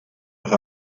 with